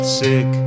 sick